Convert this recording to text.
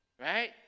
right